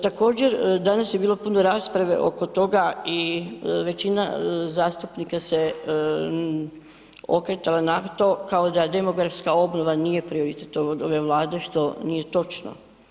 Također, danas je bilo puno rasprave oko toga i većina zastupnika se okretala na to kao da demografska obnova nije prioritet ove Vlade što nije točno.